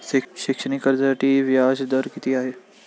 शैक्षणिक कर्जासाठी व्याज दर किती आहे?